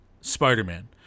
Spider-Man